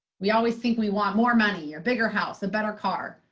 we always think we want more money or bigger house, a better car.